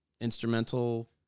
instrumental